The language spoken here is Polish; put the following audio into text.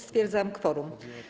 Stwierdzam kworum.